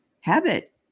habit